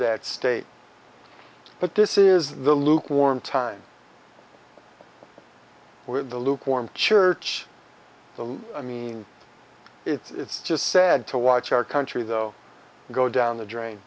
that state but this is the lukewarm time with the lukewarm church so i mean it's just sad to watch our country though go down the drain